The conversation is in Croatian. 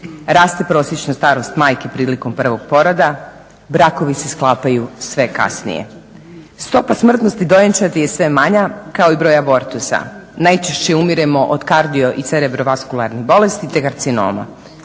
Raste prosječna starost majke prilikom prvog poroda, brakovi se sklapaju sve kasnije. Stopa smrtnosti dojenčadi je sve manja kao i broj abortusa. Najčešće umiremo od kardio i cerebrovaskularnih bolesti te karcinoma.